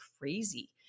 crazy